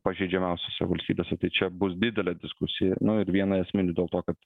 pažeidžiamiausiose valstybėse tai čia bus didelė diskusija ir viena esminių dėl to kad